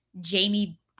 Jamie